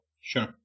Sure